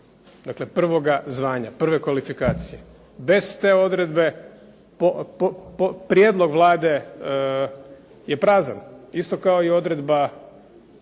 kriterij prvoga zvanja, prve kvalifikacije. Bez te odredbe prijedlog Vlade je prazan isto kao i odredba